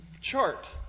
chart